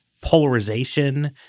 Polarization